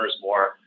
more